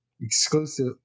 exclusive